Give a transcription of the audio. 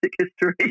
history